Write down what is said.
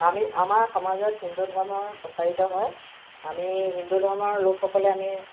আমি আমাৰ সমাজত হিন্দু ধৰ্মৰ প্ৰচাৰিত হয় আমি হিন্দু ধৰ্মৰ লোকসকলে আমি